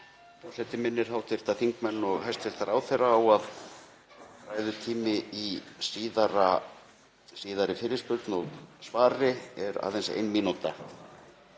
Forseti minnir hv. þingmenn og hæstv. ráðherra á að ræðutími í síðari fyrirspurn og svari er aðeins ein mínúta.)